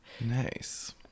nice